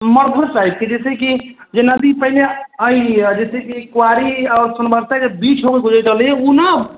नहि ओ साइडके जैसेकि जे नदी पहिने अइ जैसे कुँवारी आओर सुनवर्ताके बीचमे बहैत रहलै ओ ने